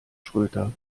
schröter